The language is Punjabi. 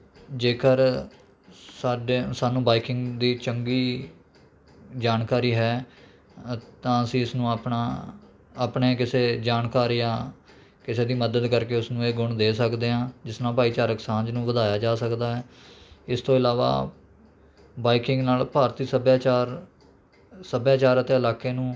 ਜੇਕਰ ਸਾਡੇ ਸਾਨੂੰ ਬਾਈਕਿੰਗ ਦੀ ਚੰਗੀ ਜਾਣਕਾਰੀ ਹੈ ਤਾਂ ਅਸੀਂ ਇਸ ਨੂੰ ਆਪਣਾ ਆਪਣੇ ਕਿਸੇ ਜਾਣਕਾਰ ਜਾਂ ਕਿਸੇ ਦੀ ਮਦਦ ਕਰਕੇ ਉਸ ਨੂੰ ਇਹ ਗੁਣ ਦੇ ਸਕਦੇ ਹਾਂ ਜਿਸ ਨਾਲ ਭਾਈਚਾਰਕ ਸਾਂਝ ਨੂੰ ਵਧਾਇਆ ਜਾ ਸਕਦਾ ਹੈ ਇਸ ਤੋਂ ਇਲਾਵਾ ਬਾਈਕਿੰਗ ਨਾਲ ਭਾਰਤੀ ਸੱਭਿਆਚਾਰ ਸੱਭਿਆਚਾਰ ਅਤੇ ਇਲਾਕੇ ਨੂੰ